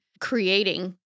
creating